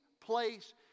place